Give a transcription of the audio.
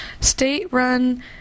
state-run